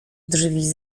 drzwi